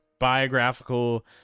Biographical